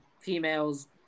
females